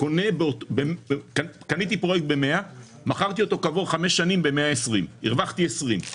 וקניתי פרויקט ב-100 מכרתי אותו כעבור 5 שנים ב-120 הרווחתי 20,